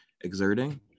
exerting